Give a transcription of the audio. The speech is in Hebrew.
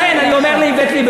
יש עתיד באופוזיציה.